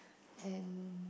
and